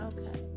Okay